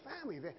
family